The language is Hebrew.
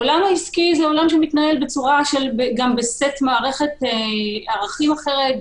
העולם העסקי מתנהל במערכת ערכים אחרת,